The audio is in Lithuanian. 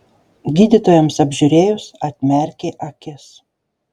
gydytojams apžiūrėjus atmerkė akis